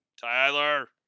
Tyler